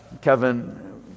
kevin